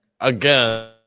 again